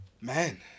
man